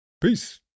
Peace